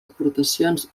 aportacions